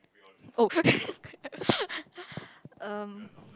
oh erm